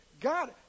God